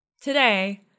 Today